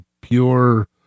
pure